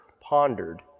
pondered